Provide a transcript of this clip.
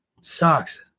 sucks